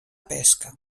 pesca